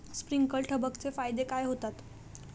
Sprinklers ठिबक चे फायदे काय होतात?